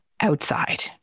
Outside